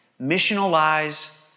Missionalize